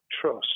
trust